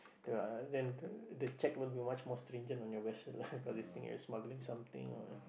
the uh then the the check will be much stringent on your vessel ah if they think you're smuggling something or